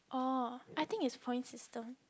orh I think is points system